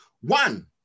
One